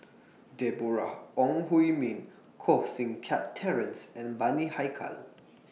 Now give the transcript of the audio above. Deborah Ong Hui Min Koh Seng Kiat Terence and Bani Haykal